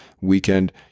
weekend